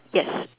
yes